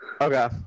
Okay